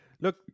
Look